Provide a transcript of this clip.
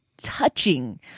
touching